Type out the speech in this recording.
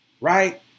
right